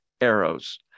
arrows